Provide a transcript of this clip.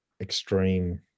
extreme